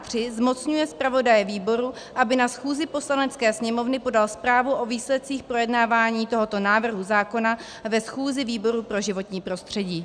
III. zmocňuje zpravodaje výboru, aby na schůzi Poslanecké sněmovny podal zprávu o výsledcích projednávání tohoto návrhu zákona ve schůzi výboru pro životní prostředí.